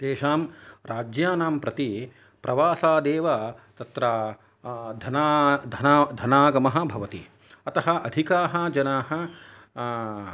तेषां राज्यानां प्रति प्रवासादेव तत्र धना धना धनागमः भवति अतः अधिकाः जनाः